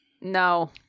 No